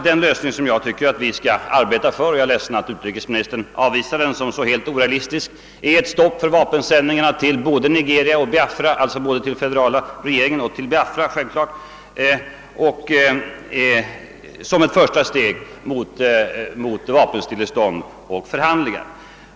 Den lösning jag tycker att vi skall arbeta för — jag är ledsen att utrikesministern avvisar den som så helt orealistisk är ett stopp för vapensändningarna till både den federala regeringen och Biafra som eit första steg mot vapenstillestånd och förhandlingar.